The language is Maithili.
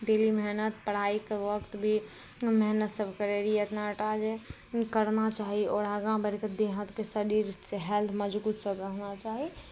डेली मेहनत पढ़ाइके वक्त भी हम मेहनत सभ करैत रहियै इतना टा जे करना चाही आओर आगाँ बढ़ि कऽ देह हाथके शरीरके हेल्थ मजबूत सभ रहना चाही